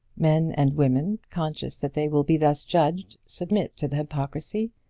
men and women, conscious that they will be thus judged, submit to the hypocrisy,